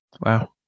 wow